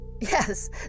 Yes